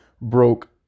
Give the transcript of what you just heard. broke